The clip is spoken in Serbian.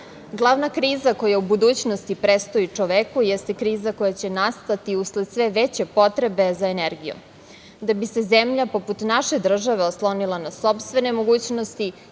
pruža. Glavna kriza koja u budućnosti predstoji čoveku jeste kriza koja će nastati usled sve veće potrebe za energijom. Da bi se zemlja poput naše države oslonila na sopstvene mogućnosti